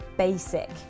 basic